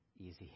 easy